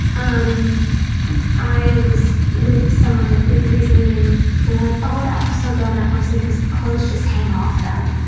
um i was with someone like recently and they were like, oh, that looks so good on that person because clothes just hang off them.